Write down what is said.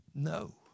No